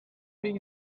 big